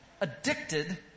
addicted